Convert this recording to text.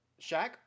Shaq